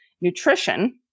nutrition